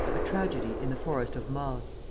a tragedy in the forest of morgues